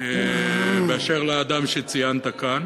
באשר לאדם שציינת כאן.